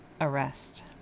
arrest